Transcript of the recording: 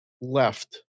left